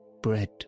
bread